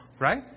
Right